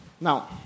Now